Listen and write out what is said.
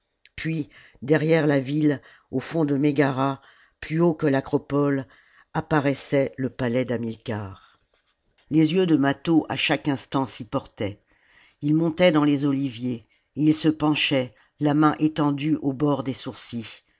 puis derrière la ville au fond de mégara plus haut que l'acropole apparaissait le palais d'hamilcar les yeux de mâtho à chaque instant s'y portaient ii montait dans les oliviers et il se penchait la main étendue au bord des sourcils